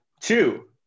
two